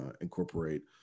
incorporate